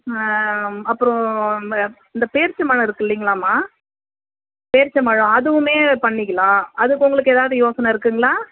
அப்புறம் ம இந்த பேரிச்சம்பழம் இருக்குது இல்லைங்களாம்மா பேரிச்சம்பழம் அதுவுமே பண்ணிக்கலாம் அதுக்கு உங்களுக்கு ஏதாவது யோசனை இருக்குதுங்களா